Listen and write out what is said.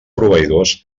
proveïdors